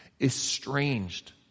estranged